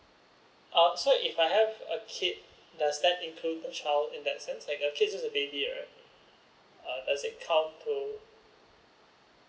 oh so if I have a kid does that include a child in that sense like a kid suppose to be baby um uh does it count to